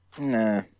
Nah